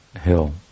Hill